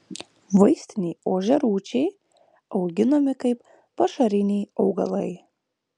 vaistiniai ožiarūčiai auginami kaip pašariniai augalai